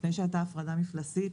לפני שהייתה הפרדה מפלסית,